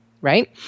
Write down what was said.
right